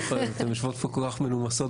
אתן יושבות פה כל כך מנומסות.